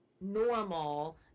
normal